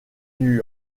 new